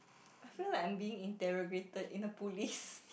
I feel like I'm being interrogated in the police